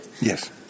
Yes